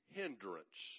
hindrance